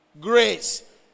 Grace